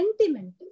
sentimental